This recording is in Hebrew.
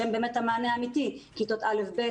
שהם המענה האמיתי, כיתות א'-ב'